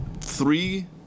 three